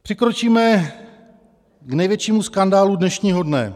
Přikročíme k největšímu skandálu dnešního dne.